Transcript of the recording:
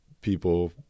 people